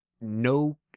No